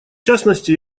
частности